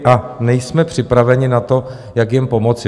A nejsme připraveni na to, jak jim pomoci.